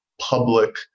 public